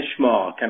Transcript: benchmark